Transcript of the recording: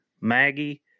Maggie